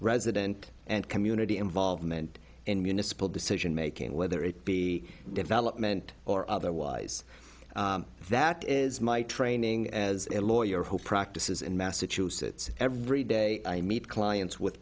resident and community involvement in municipal decisionmaking whether it be development or otherwise that is my training as a lawyer who practices in massachusetts every day i meet clients with